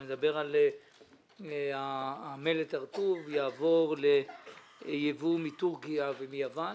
אני מדבר על זה ש"מלט הר-טוב" יעבור ליבוא מטורקיה ומיוון.